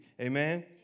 Amen